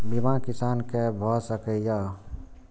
बीमा किसान कै भ सके ये?